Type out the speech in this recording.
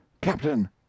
Captain